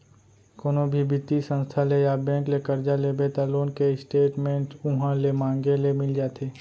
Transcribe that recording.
कोनो भी बित्तीय संस्था ले या बेंक ले करजा लेबे त लोन के स्टेट मेंट उहॉं ले मांगे ले मिल जाथे